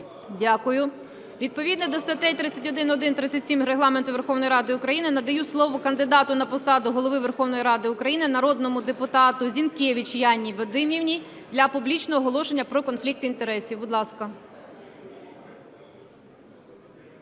Дякую. Відповідно до статей 31-1, 37 Регламенту Верховної Ради України надаю слово кандидату на посаду Голови Верховної Ради України народному депутату Зінкевич Яні Вадимівні для публічного оголошення про конфлікт інтересів, будь ласка.